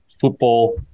football